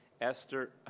Esther